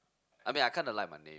I mean I kinda like my name